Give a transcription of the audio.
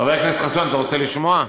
חבר הכנסת חסון, אתה רוצה לשמוע?